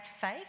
faith